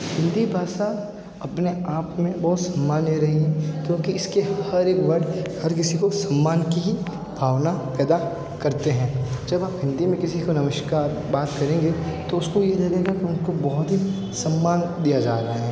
हिंदी भाषा अपने आप में बहुत समान्य रही हैं क्योंकि इसके हर एक वर्ड हर किसी को सम्मान की ही भावना पैदा करते हैं जब हम हिंदी में किसी को नमस्कार बात करेंगे तो उसको ये लगेगा कि हमको बहुत ही सम्मान दिया जा रहा है